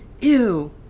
ew